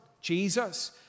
Jesus